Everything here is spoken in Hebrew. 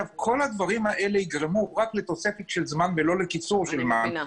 כל הדברים האלה יגרמו רק לתוספת של זמן ולא לקיצור זמן,